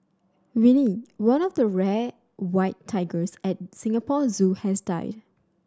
Winnie one of two rare white tigers at Singapore Zoo has died